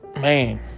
man